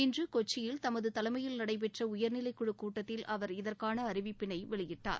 இன்று கொச்சியில் தமது தலைமையில் நடைபெற்ற உயர்நிலைக்குழு கூட்டத்தில் அவர் இதற்கான அறிவிப்பினை வெளியிட்டார்